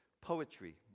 poetry